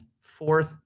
fourth